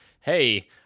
hey